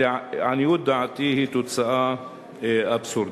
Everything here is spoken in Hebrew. שלעניות דעתי היא תוצאה אבסורדית?